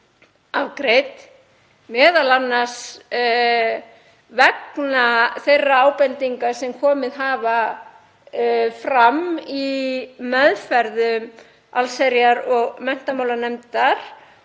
m.a. vegna þeirra ábendinga sem komið hafa fram í meðferð allsherjar- og menntamálanefndar.